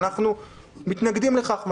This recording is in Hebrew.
ואנחנו מתנגדים לכך.